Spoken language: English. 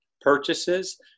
purchases